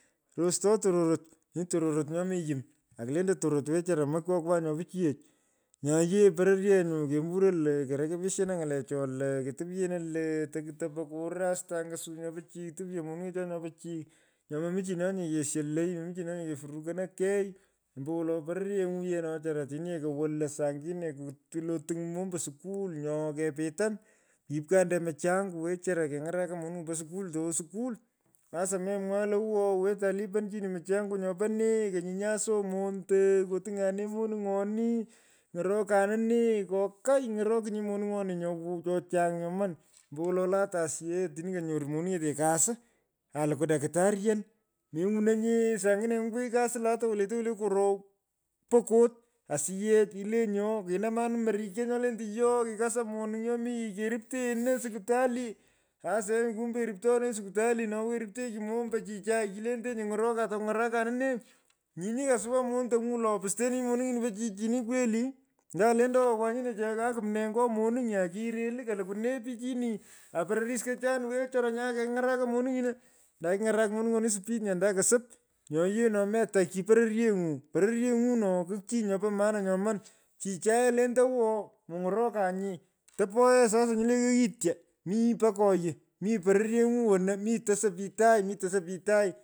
Resroi tororot. mi tororot nya mi yum. akulendoi tororot. weenara omokokwa cho pichiyech. Nyo yee poraryengu kemburo lo. kerepishona ny’olecho lo. ketopyono lo. toku topo koro astangasuunyo pichiy. topyo morechan nyo pichiy. Nyo momichinonyee kesholoi. memichininye kefurukonoi kei. ombowolo. pororyeny’u yeeno wechara otini yee kowo lo saangine. kulo otiny mombo skul nyo kepitan. yipwande mchango wecharu keny’araka. monung’u po skul towo skul. Sasa memwai o awa wetanliponichini mchunywo nyopo nee. keny’inyan so monto. kutung’anee monong’eni nyo wow cho chang nyoman ombowolo latu yee otini konyoro moningini kosi alokwu dakturian. meny’unenye saangine kungwon kwigh kosi lata wolete le koro pokot asiyech ilenyi oo kinumanin nyolentei yo kikosa moning nyomi yii kerupteenu siktali. Sasa yee kumbe rupteonenyi siktali iwenyi rupteechi mombo chichai kilentenyi any’orokan takuny’arakanin nee. Nyini kosuwa mentang’u lo. pustenonyi monungino po chichai kweli. nyaa lentoi kwaa nyino chichai kuo kumnee. ngo monany nyaa kirelu katukwu nee oichini aa pororis la chan wecharu nyaa keny’araka moning’ino. Ondan kaking’arak monuny’oni soeed nya andan ko sop. Nyo yee no metagh chi pororyenyu no kuchii nyopo maana nyopo maana nyoman. Chichu yee lentoi awoo mergo’rokanye topo yee sasa yee nyino lee ghoghityo. mii yipo nye yi. mi pororyeny’u wono. mitosoi pich tai. mitosei pich tai.